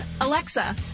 Alexa